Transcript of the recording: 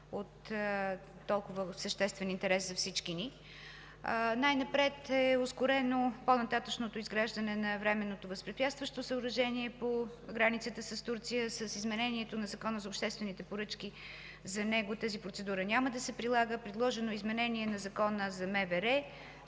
от толкова съществен интерес за всички ни. Ускорено е по-нататъшното изграждане на временното възпрепятстващо съоръжение по границата с Турция. С изменението на Закона за обществените поръчки за него тази процедура няма да се прилага. Предложено е изменение на Закона за МВР,